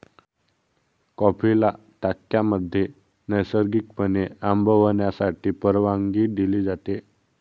कॉफीला टाक्यांमध्ये नैसर्गिकपणे आंबवण्यासाठी परवानगी दिली जाते